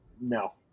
No